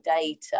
data